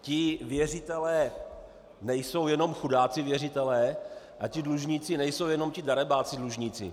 Ti věřitelé nejsou jenom chudáci věřitelé a ti dlužníci nejsou jenom ti darebáci dlužníci.